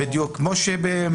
כמו במשרד הבריאות.